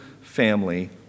family